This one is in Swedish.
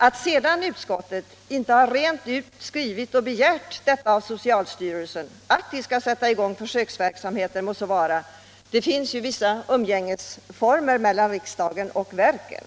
Att utskottet inte har skrivit rent ut och begärt att socialstyrelsen skall sätta i gång försöksverksamheten må så vara. Det finns ju vissa umgängesformer mellan riksdagen och verken.